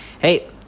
Hey